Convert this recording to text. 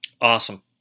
Awesome